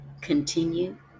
continue